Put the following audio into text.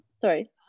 sorry